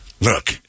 Look